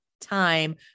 time